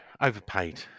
Overpaid